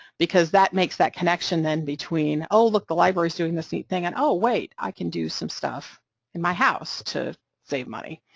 because that makes that connection then between, oh, look the library is doing this neat thing, and, oh wait, i can do some stuff in my house to save money,